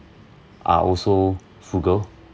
are also frugal